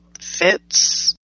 fits